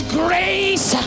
grace